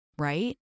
right